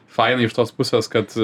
fanai iš tos pusės kad